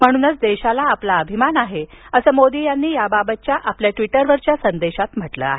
म्हणूनच देशाला आपला अभिमान आहे असं मोदी यांनी याबाबत आपल्या ट्वीटरवरील संदेशात म्हटलं आहे